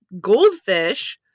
goldfish